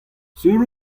sur